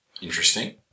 Interesting